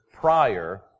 prior